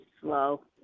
slow